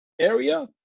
area